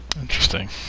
Interesting